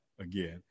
again